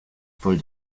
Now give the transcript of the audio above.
pole